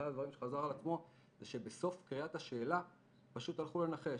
שאחד הדברים שחזר על עצמו הוא שבסוף קריאת השאלה פשוט הלכו לנחש.